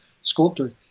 sculptor